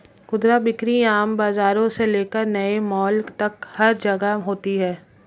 खुदरा बिक्री आम बाजारों से लेकर नए मॉल तक हर जगह होती है